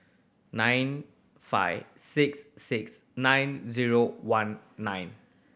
nine five six six nine zero one nine